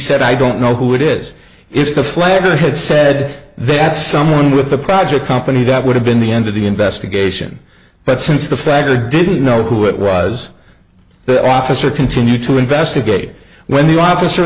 said i don't know who it is if the flag had said they had someone with the project company that would have been the end of the investigation but since the fagor didn't know who it was the officer continue to investigate when the officer